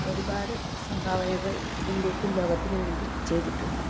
ഒരുപാട് സംഭാവനകൾ ഇന്ത്യക്കും ലോകത്തിനും വേണ്ടി ചെയ്തിട്ടുണ്ട്